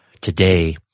today